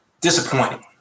disappointing